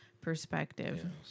perspective